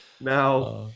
Now